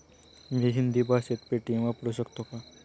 मी हिंदी भाषेत पेटीएम वापरू शकतो का?